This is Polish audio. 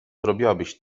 zrobiłabyś